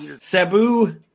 Sabu